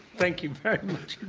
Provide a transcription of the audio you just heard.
thank you very much